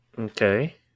Okay